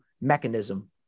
mechanism